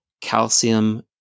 calcium